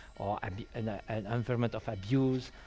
or and and and environment of abuse,